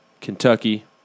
Kentucky